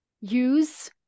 use